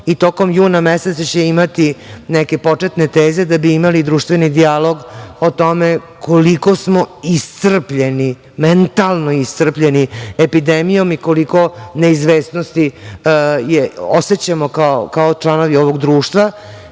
i tokom juna meseca će imati neke početne teze da bi imali društveni dijalog o tome koliko smo iscrpljeni, mentalno iscrpljeni, epidemijom i koliko neizvesnosti osećamo kao članovi ovog društva,